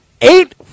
Eight